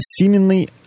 seemingly